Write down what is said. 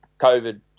COVID